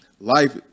life